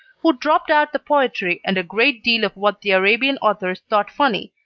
who dropped out the poetry and a great deal of what the arabian authors thought funny,